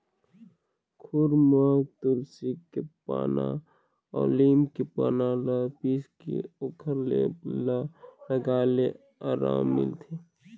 खुर म तुलसी के पाना अउ लीम के पाना ल पीसके ओखर लेप ल लगाए ले अराम मिलथे